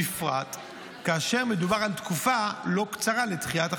בפרט כאשר מדובר על תקופה לא קצרה לדחיית החיוב.